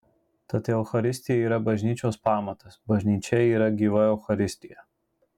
tad eucharistija yra bažnyčios pamatas bažnyčia yra gyva eucharistija